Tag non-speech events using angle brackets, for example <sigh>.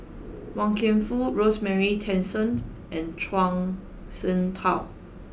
Wan Kam Fook Rosemary Tessensohn <noise> and Zhuang Shengtao